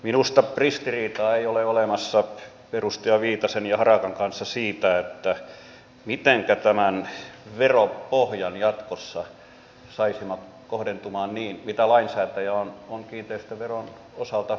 minusta ristiriitaa ei ole olemassa edustaja viitasen ja harakan kanssa siitä mitenkä tämän veropohjan jatkossa saisi kohdentumaan niin kuin lainsäätäjä on kiinteistöveron osalta tarkoittanut